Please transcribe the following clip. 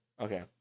Okay